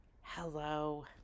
Hello